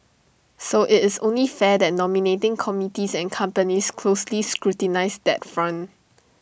so IT is only fair that nominating committees and companies closely scrutinise that front